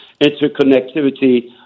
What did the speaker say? interconnectivity